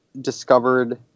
discovered